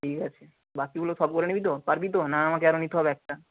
ঠিক আছে বাকিগুলো সব করে নিবি তো পারবি তো না আমাকে আরও নিতে হবে একটা